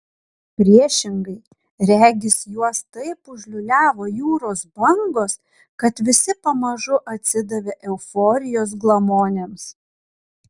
priešingai regis juos taip užliūliavo jūros bangos kad visi pamažu atsidavė euforijos glamonėms